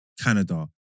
Canada